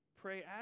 Pray